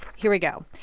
here we go.